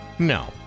No